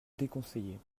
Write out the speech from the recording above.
déconseillé